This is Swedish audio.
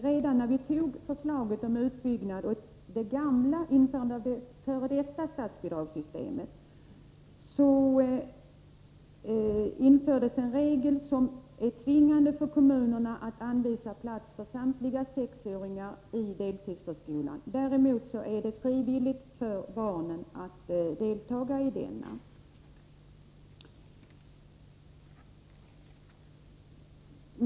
Redan när vi antog förslaget om utbyggnad infördes i det gamla statsbidragssystemet en tvingande regel för kommunerna att anvisa plats för samtliga sexåringar i deltidsförskolan. Däremot är det frivilligt för barnen att delta i denna.